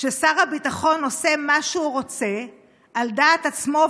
ששר הביטחון עושה מה שהוא רוצה על דעת עצמו,